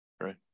Right